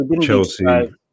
Chelsea